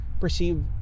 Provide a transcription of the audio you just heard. perceive